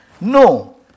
No